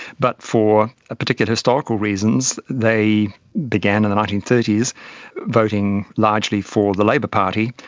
but for particular historical reasons they began in the nineteen thirty s voting largely for the labour party,